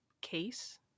case